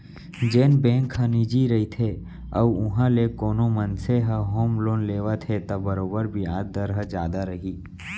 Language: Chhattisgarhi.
जेन बेंक ह निजी रइथे अउ उहॉं ले कोनो मनसे ह होम लोन लेवत हे त बरोबर बियाज दर ह जादा रही